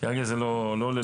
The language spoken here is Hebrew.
כרגע זה לא לדיון.